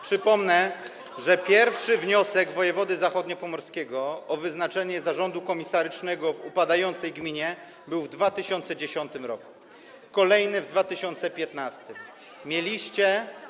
Przypomnę, że pierwszy wniosek wojewody zachodniopomorskiego o wyznaczenie zarządu komisarycznego w upadającej gminie był w 2010 r., kolejny - w 2015 r.